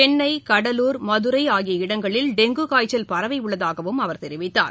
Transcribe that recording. சென்னை கடலூர் மதுரை ஆகிய இடங்களில் டெங்கு காய்ச்சல் பரவியுள்ளதாகவும் அவர் தெரிவித்தார்